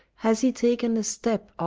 has he taken a step,